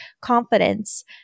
confidence